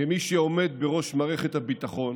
כמי שעומד בראש מערכת הביטחון